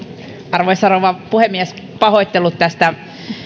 arvoisa rouva puhemies pahoittelut tästä